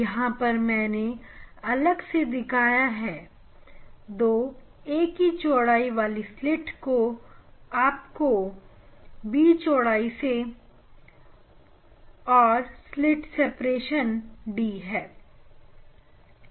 यहां पर मैंने अलग से दिखाया है दो 'a' चौड़ाई वाली स्लिट को और ओपेक चौड़ाई 'b' से और स्लिट सिपरेशन 'd' है